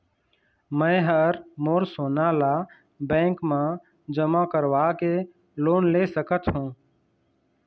मैं हर मोर सोना ला बैंक म जमा करवाके लोन ले सकत हो?